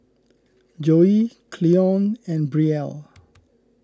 Joi Cleone and Brielle